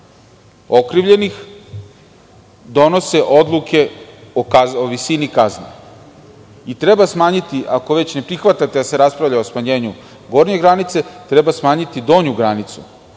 Treba smanjiti, ako već ne prihvatite da se raspravlja o smanjenju gornje granice, treba smanjiti donju granicu